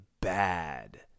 bad